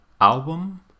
album